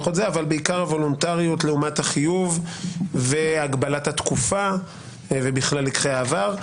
אבל בעיקר הוולונטריות לעומת החיוב והגבלת התקופה ולקחי העבר.